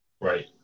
Right